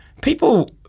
People